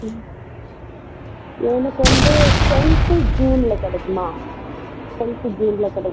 ம் எனக்கு வந்து டென்த்து ஜூனில் கிடைக்குமா டென்த்து ஜூனில் கிடைக்